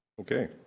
Okay